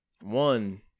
One